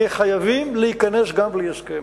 נהיה חייבים להיכנס גם בלי הסכם.